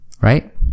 right